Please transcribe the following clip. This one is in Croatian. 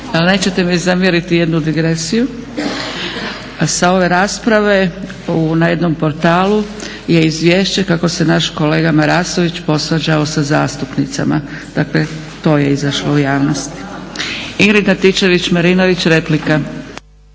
nećete mi zamjeriti jednu digresiju sa ove rasprave, na jednom portalu je izvješće kako se naš kolega Marasović posvađao sa zastupnicama. Dakle, to je izašlo u javnost. Ingrid Antičević-Marinović, replika.